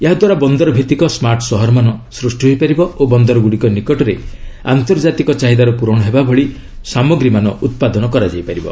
ଏହାଦ୍ୱାରା ବନ୍ଦର ଭିଭିକ ସ୍ମାର୍ଟ୍ ସହର ମାନ ସୃଷ୍ଟି ହୋଇପାରିବ ଓ ବନ୍ଦରଗୁଡ଼ିକ ନିକଟରେ ଆନ୍ତର୍ଜାତିକ ଚାହିଦାର ପୂରଣ ହେବା ଭଳି ସାମଗ୍ରୀମାନ ଉତ୍ପାଦନ କରାଯିବ